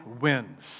wins